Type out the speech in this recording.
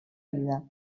vida